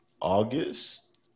august